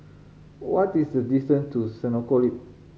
what is the distance to Senoko Loop